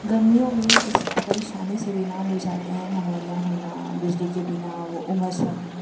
गर्मियों में इस परेशानी से बीमार हो जाते हैं घमौड़ियाँ होना बिजली के बिना वह उमस होना